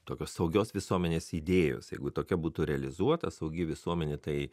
tokios saugios visuomenės idėjos jeigu tokia būtų realizuota saugi visuomenė tai